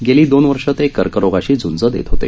गेली दोन वर्ष ते कर्करोगाशी झुंज देत होते